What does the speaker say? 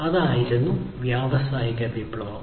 അതായിരുന്നു വ്യാവസായിക വിപ്ലവം